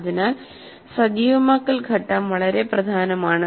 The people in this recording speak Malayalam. അതിനാൽ സജീവമാക്കൽ ഘട്ടം വളരെ പ്രധാനമാണ്